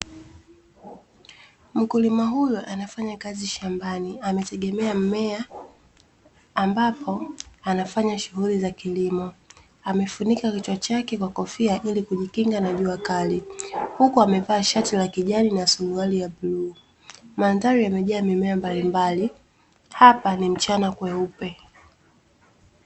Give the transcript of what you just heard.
Mkulima huyu anafanya kazi shambani anategemea mmea, ambapo anafanya shughuli za kilimo, amefunika kichwa chake kwa kofia ili kujikinga na jua kali huku amevaa shati la kijani na suruali ya bluu, mandhari yamejaa mimea mbalimbali hapa ni mchana kweupe.